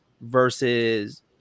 versus